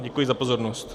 Děkuji za pozornost.